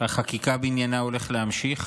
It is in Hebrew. החקיקה בעניינה הולכת להמשיך